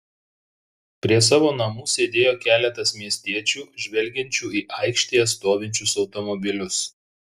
prie savo namų sėdėjo keletas miestiečių žvelgiančių į aikštėje stovinčius automobilius